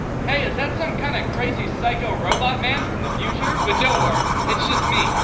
hey, is that some kinda crazy psycho robot man from the future? but don't worry, it's just me,